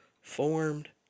formed